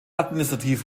administrativ